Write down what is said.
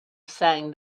sang